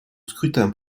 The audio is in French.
scrutin